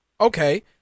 Okay